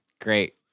Great